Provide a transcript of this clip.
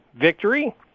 victory